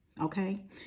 Okay